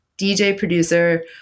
DJ-producer